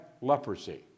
leprosy